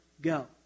go